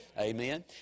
Amen